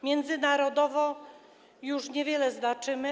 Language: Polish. Międzynarodowo już niewiele znaczymy.